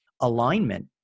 alignment